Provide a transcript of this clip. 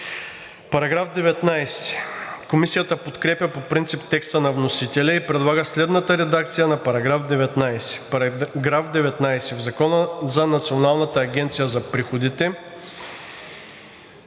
образувал.“ Комисията подкрепя по принцип текста на вносителя и предлага следната редакция на § 19: „§ 19. В Закона за Националната агенция за приходите